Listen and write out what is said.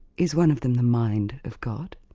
is one of them the mind of god?